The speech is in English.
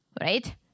right